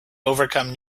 overcome